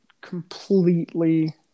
completely